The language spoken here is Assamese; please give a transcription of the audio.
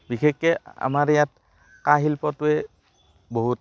বিশেষকৈ আমাৰ ইয়াত কাঁহ শিল্পটোৱে বহুত